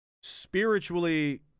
spiritually